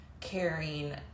caring